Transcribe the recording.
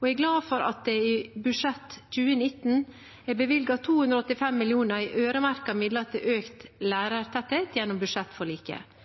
og jeg er glad for at det i budsjettet for 2019 er bevilget 285 mill. kr i øremerkede midler til økt lærertetthet gjennom budsjettforliket.